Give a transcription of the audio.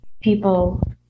people